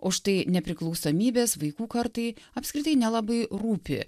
o štai nepriklausomybės vaikų kartai apskritai nelabai rūpi